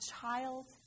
child